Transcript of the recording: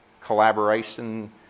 collaboration